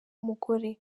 umugore